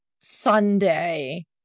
Sunday